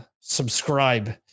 subscribe